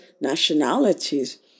nationalities